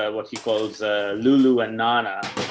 um what he calls a lulu and nana,